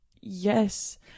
yes